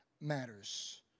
matters